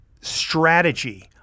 strategy